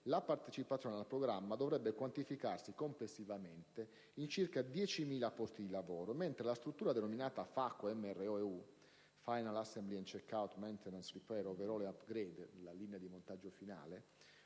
la partecipazione al programma dovrebbe quantificarsi complessivamente in circa 10.000 posti di lavoro, mentre la struttura FACO/MRO&U (*Final Assembly and Check Out/Maintenance, Repair, Overhaul&Upgrade*), cioè la linea di montaggio finale,